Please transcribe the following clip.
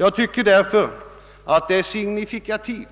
Jag tycker därför att det är signifikativt